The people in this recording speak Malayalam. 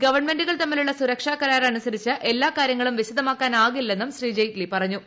ഗവൺമെന്റുകൾ തമ്മിലുള്ള സുരക്ഷാകരാർ അനുസരിച്ച് എല്ലാക്കാര്യങ്ങളും വിശദമാക്കാനാകില്ലെന്നും ശ്രീ ജെയ്റ്റ്ലി പറഞ്ഞു